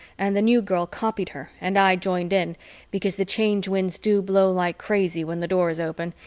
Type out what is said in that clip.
and the new girl copied her and i joined in because the change winds do blow like crazy when the door is open,